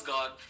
God